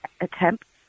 attempts